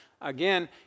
Again